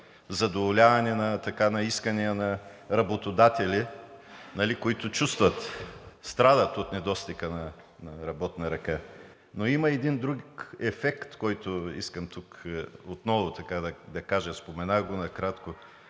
задоволяване на исканията на работодателите, които чувстват и страдат от недостиг на работна ръка. Но има един друг ефект, за който искам тук отново да кажа, споменах го накратко